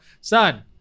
son